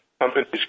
companies